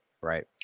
Right